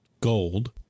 gold